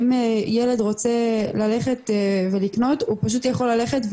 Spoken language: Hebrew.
אם ילד רוצה ללכת ולקנות הוא פשוט יכול ללכת,